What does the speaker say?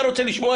אני כן.